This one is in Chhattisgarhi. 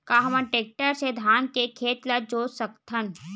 का हमन टेक्टर से धान के खेत ल जोत सकथन?